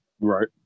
Right